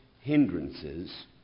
hindrances